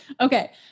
Okay